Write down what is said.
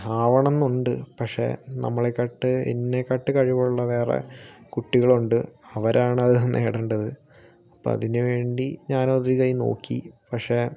ആവണം എന്ന് ഉണ്ട് പക്ഷെ നമ്മളെക്കാളും എന്നെക്കാളും കഴിവുള്ള വേറെ കുട്ടികളുണ്ട് അവരാണ് അതു നേടണ്ടത് അപ്പോൾ അതിനുവേണ്ടി ഞാൻ ഒരു കൈ നോക്കി പക്ഷെ